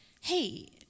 hey